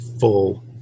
full